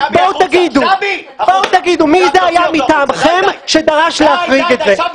תגידו מי זה היה מטעמכם שדרש להחריג את זה.